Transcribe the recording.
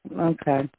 Okay